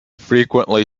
frequently